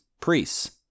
priests